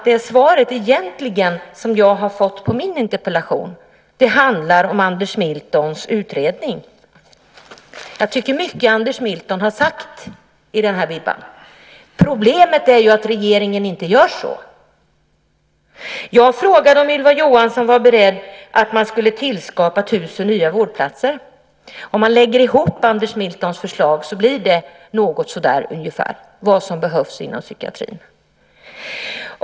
Det svar som jag har fått på min interpellation handlar om Anders Miltons utredning. Problemet är att regeringen inte gör som han säger. Jag frågade om Ylva Johansson var beredd att tillskapa 1 000 nya vårdplatser. Enligt Anders Miltons förslag är det vad som behövs inom psykiatrin.